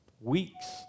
weeks